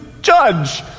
judge